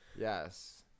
yes